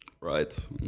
Right